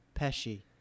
Pesci